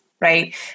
Right